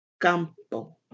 Campo